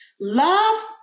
love